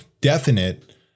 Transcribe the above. definite